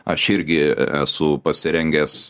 aš irgi esu pasirengęs